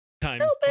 times